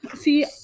See